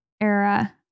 era